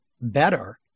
better